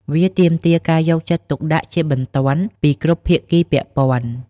វាទាមទារការយកចិត្តទុកដាក់ជាបន្ទាន់ពីគ្រប់ភាគីពាក់ព័ន្ធ។